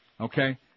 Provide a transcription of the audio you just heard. Okay